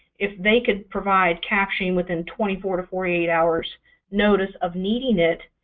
if they could provide captioning within twenty four to forty eight hours' notice of needing it,